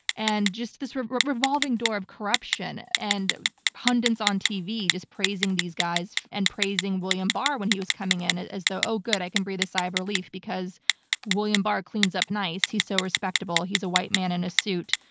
and just this revolving door of corruption and pundits on tv just praising these guys and praising william barr when he was coming in as the oh good i can breathe a sigh of relief because william barr cleans up nice, he's so respectable he's a white man in a suit.